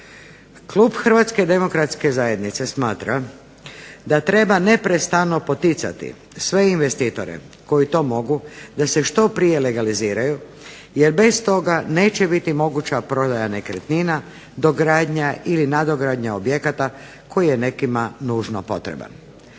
Klub HDZ-a smatra da treba neprestano poticati sve investitore koji to mogu da se što prije legaliziraju jer bez toga neće biti moguća prodaja nekretnina, dogradnja ili nadogradnja objekata koji je nekima nužno potreban.